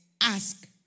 ask